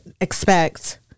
expect